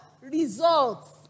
results